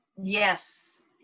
Yes